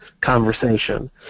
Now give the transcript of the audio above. conversation